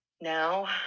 now